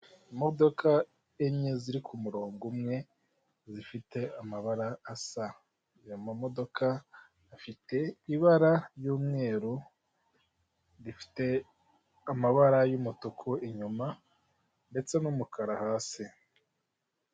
Imodoka enye ziri ku murongo umwe zifite amabara asa, ayo mamodoka afite ibara y'umweru, ifite amabara y'umutuku inyuma ndetse n'umukara hasi.